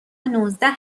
نوزده